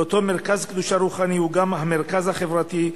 ואותו מרכז קדושה רוחני הוא גם המרכז החברתי,